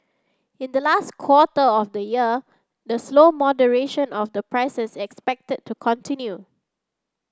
in the last quarter of the year the slow moderation of the prices is expected to continue